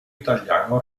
italiano